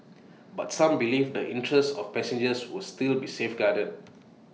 but some believe the interests of passengers will still be safeguarded